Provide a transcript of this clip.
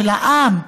של העם,